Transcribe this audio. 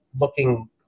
looking